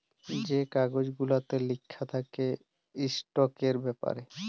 যে কাগজ গুলাতে লিখা থ্যাকে ইস্টকের ব্যাপারে